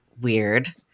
weird